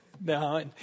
No